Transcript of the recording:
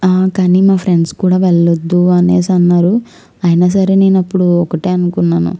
కానీ మా ఫ్రెండ్స్ కూడా వెళ్ళవద్దు అనేసి అన్నారు అయినా సరే నేను అప్పుడు ఒకటే అనుకున్నాను